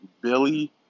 Billy